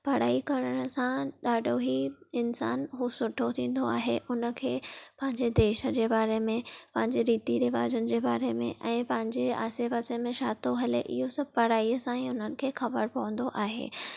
पढ़ाई करण सां ॾाढो ही इंसान हू सुठो थींदो आहे उन खे पंहिंजे देश जे बारे में पंहिंजे रीति रिवाज़नि जे बारे में ऐं पंहिंजे आसे पासे में छा थो हले इहो सभु पढ़ाईअ सां ई उन्हनि खे ख़बर पवंदो आहे